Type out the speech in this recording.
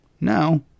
no